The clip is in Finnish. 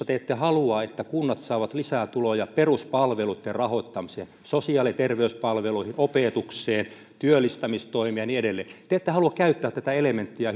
te ette halua että kunnat saavat lisää tuloja peruspalveluitten rahoittamiseen sosiaali ja terveyspalveluihin opetukseen työllistämistoimeen ja niin edelleen te ette halua käyttää tätä elementtiä